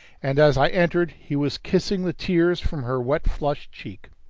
and as i entered he was kissing the tears from her wet, flushed cheek.